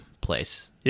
place